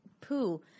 poo